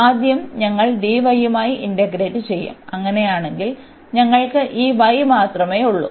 ആദ്യം ഞങ്ങൾ dy യുമായി ഇന്റഗ്രേറ്റ് ചെയ്യും അങ്ങനെയാണെങ്കിൽ ഞങ്ങൾക്ക് ഈ y മാത്രമേയുള്ളൂ